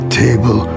table